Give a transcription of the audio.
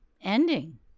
ending